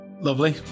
Lovely